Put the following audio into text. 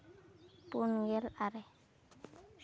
ᱯᱩᱱᱜᱮᱞ ᱟᱨᱮ